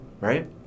Right